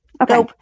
Okay